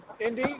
Indy